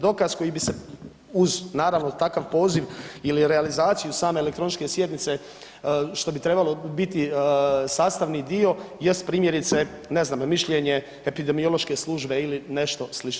Dokaz koji bi se uz, naravno takav poziv ili realizaciju same elektroničke sjednice što bi trebalo biti sastavni dio jest primjerice ne znam mišljenje epidemiološke službe ili nešto slično.